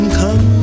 come